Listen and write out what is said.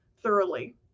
thoroughly